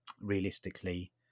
realistically